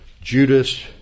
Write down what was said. Judas